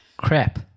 crap